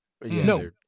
No